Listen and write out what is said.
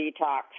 detox